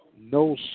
No